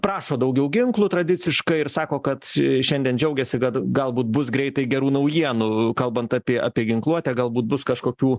prašo daugiau ginklų tradiciškai ir sako kad šiandien džiaugiasi kad galbūt bus greitai gerų naujienų kalbant apie apie ginkluotę galbūt bus kažkokių